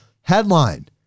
Headline